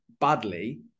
badly